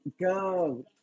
go